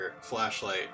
flashlight